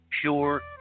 pure